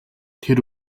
тэр